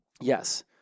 Yes